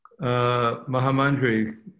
Mahamandri